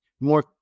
more